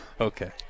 Okay